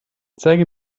zeige